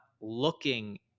looking